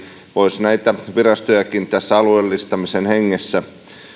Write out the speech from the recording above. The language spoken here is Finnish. voisi näitä virastojakin tässä alueellistamisen hengessä